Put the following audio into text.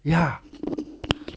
ya